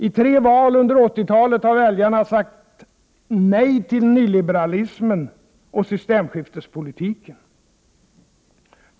I tre val under 80-talet har väljarna sagt nej till nyliberalismen och systemskiftespolitiken.